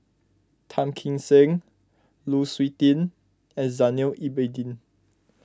Tan Kim Seng Lu Suitin and Zainal Abidin